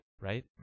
right